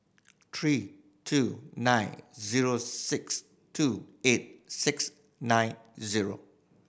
three two nine zero six two eight six nine zero